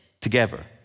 together